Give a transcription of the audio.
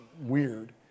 weird